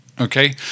okay